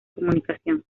comunicación